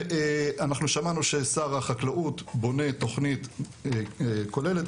אנחנו שמענו ששר החקלאות בונה תוכנית כוללת.